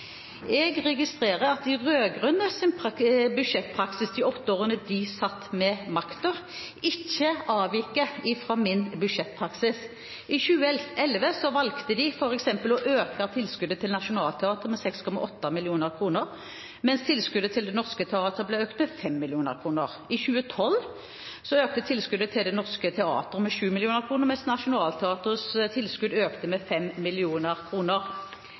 Jeg registrerer at de rød-grønnes budsjettpraksis de åtte årene de satt med makten, ikke avviker fra min budsjettpraksis. I 2011 valgte de f.eks. å øke tilskuddet til Nationaltheatret med 6,8 mill. kr, mens tilskuddet til Det Norske Teatret ble økt med 5 mill. kr. I 2012 økte tilskuddet til Det Norske Teatret med 7 mill. kr, mens Nationaltheatrets tilskudd økte med